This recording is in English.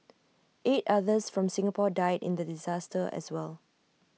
eight others from Singapore died in the disaster as well